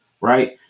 right